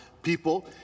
people